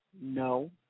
No